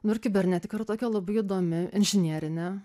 nu ir kibernetika yra tokia labai įdomi inžinierinė